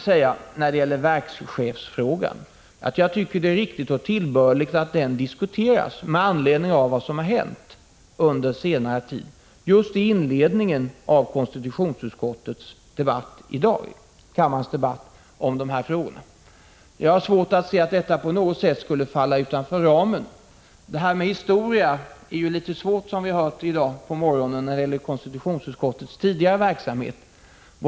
När det sedan gäller verkschefsfrågan tycker jag det är riktigt och tillbörligt att den med anledning av vad som hänt under senare tid diskuteras just i inledningen av kammarens debatt i dag. Jag har svårt att se att detta på något sätt skulle falla utanför ramen. Som vi har hört i dag är det här med historia när det gäller konstitutionsutskottets tidigare verksamhet litet svårt.